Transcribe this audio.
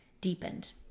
deepened